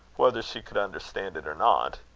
whether she could understand it or not.